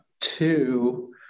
two